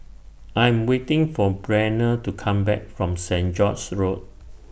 I Am waiting For Breanna to Come Back from Saint George's Road